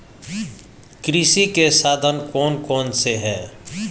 कृषि के साधन कौन कौन से हैं?